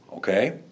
Okay